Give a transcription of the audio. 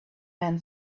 man